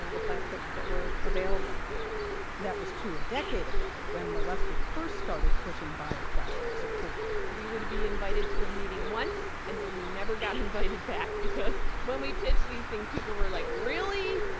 ah the plastics that were available that was true a decade ago, when mielewski first started pushing bio-plastics at ford we would be invited to a meeting once and then we never got invited back. because when we pitched these things, people were like, really,